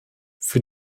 für